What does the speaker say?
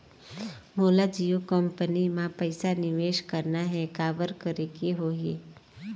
मोला जियो कंपनी मां पइसा निवेश करना हे, काबर करेके होही?